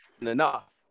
enough